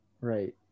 Right